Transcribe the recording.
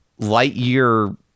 lightyear